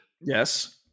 Yes